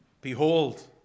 behold